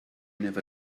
never